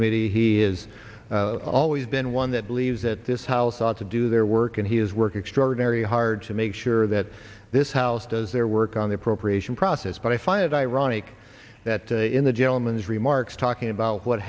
committee he is always been one that believes that this house ought to do their work and he is working extraordinary hard to make sure that this house does their work on the appropriation process but i find it ironic that in the gentleman's remarks talking about what